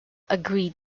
agreed